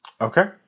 Okay